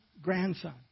grandson